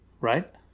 Right